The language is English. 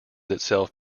itself